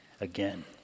again